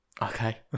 Okay